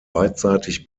beidseitig